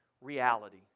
reality